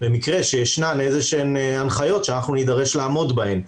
במקרה שיש הנחיות כלשהן שאנחנו נידרש לעמוד בהן.